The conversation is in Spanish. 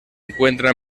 encuentra